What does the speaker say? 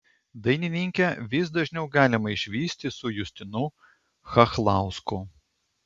dainininkę vis dažniau galima išvysti su justinu chachlausku